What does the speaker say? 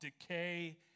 decay